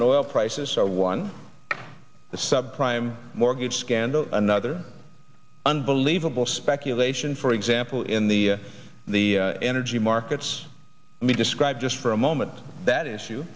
oil prices are one the sub prime mortgage scandal another unbelievable speculation for example in the the energy markets me describe just for a moment that issue